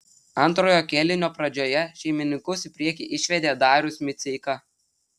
antrojo kėlinio pradžioje šeimininkus į priekį išvedė darius miceika